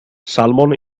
salmon